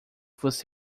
você